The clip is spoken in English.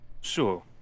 Sure